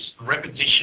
repetition